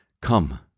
come